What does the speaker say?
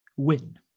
win